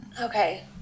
Okay